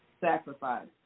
sacrifice